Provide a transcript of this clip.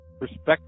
respect